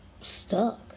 stuck